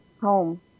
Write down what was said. home